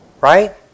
Right